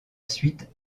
suite